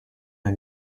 der